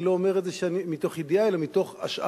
אני לא אומר את זה מתוך ידיעה, אלא מתוך השערה.